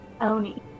Oni